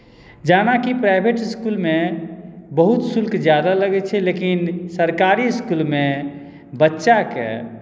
जाहिमे कि प्राइवेट इस्कुलमे बहुत शुल्क ज्यादा लगैत छै लेकिन सरकारी इस्कुलमे बच्चाके